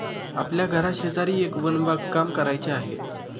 आपल्या घराशेजारी एक वन बागकाम करायचे आहे